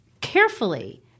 carefully